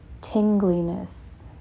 tingliness